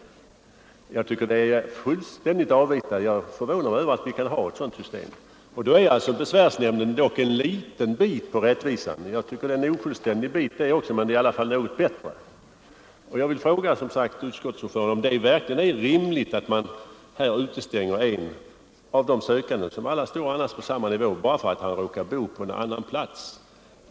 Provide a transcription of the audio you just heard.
Jag tycker att det är fullständigt avvita, och jag förvånar mig över att vi kan ha ett sådant system. Besvärsnämnden är visserligen bara en liten och ofullständig bit på vägen mot rättvisan, men det är ändå något bättre. Jag vill som sagt fråga om det verkligen är rimligt att man utestänger en sökande, bara för att han råkar bo på en annan plats.